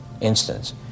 instance